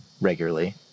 regularly